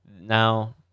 Now